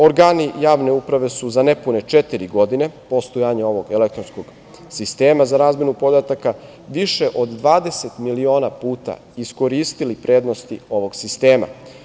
Organi javne uprave su za nepune četiri godine postojanja ovog elektronskog sistema za razmenu podataka više od 20 miliona puta iskoristili prednosti ovog sistema.